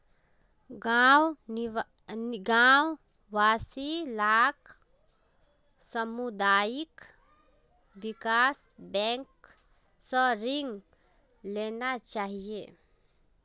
गांव वासि लाक सामुदायिक विकास बैंक स ऋण लेना चाहिए